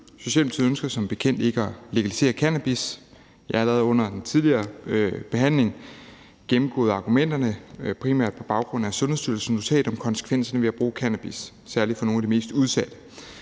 Socialdemokratiet ønsker som bekendt ikke at legalisere cannabis. Jeg har allerede under en tidligere behandling gennemgået argumenterne, primært på baggrund af Sundhedsstyrelsens notat om konsekvensen ved at bruge cannabis, særlig for nogle de mest udsatte.